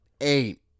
eight